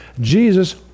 Jesus